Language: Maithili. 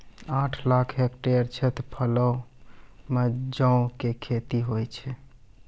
आठ लाख हेक्टेयर क्षेत्रफलो मे जौ के खेती होय छै